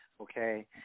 Okay